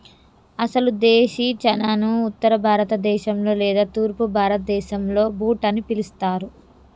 అసలు దేశీ చనాను ఉత్తర భారత దేశంలో లేదా తూర్పు భారతదేసంలో బూట్ అని పిలుస్తారు